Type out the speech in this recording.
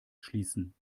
schließen